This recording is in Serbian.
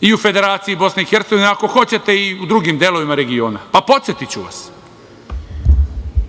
i u Federaciji Bosne i Hercegovine i ako hoćete i u drugim delovima regiona. Pa, podsetiću vas.